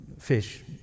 Fish